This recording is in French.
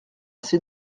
ces